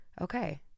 Okay